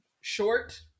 short